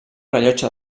rellotge